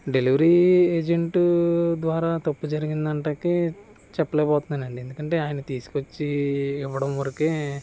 delivery agent ద్వారా తప్పు జరిగిందని అనటానికి చెప్పలేకపోతున్నానండి ఎందుకంటే ఆయన తీసుకొచ్చి ఇవ్వడం వరకే